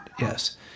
yes